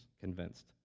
convinced